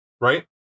right